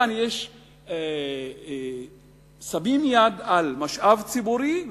כאן שמים יד על משאב ציבורי,